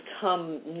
come